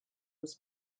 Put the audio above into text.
was